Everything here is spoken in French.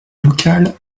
local